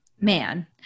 man